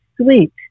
sweet